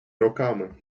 роками